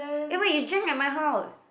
eh wait you drank at my house